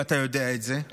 ואתה יודע את זה,